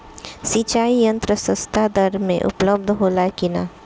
सिंचाई यंत्र सस्ता दर में उपलब्ध होला कि न?